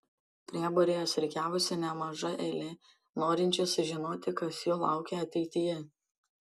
prie būrėjos rikiavosi nemaža eilė norinčių sužinoti kas jų laukia ateityje